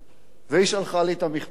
והיא שלחה לי את המכתב הבא,